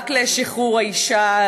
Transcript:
במאבק לשחרור האישה,